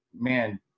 man